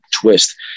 twist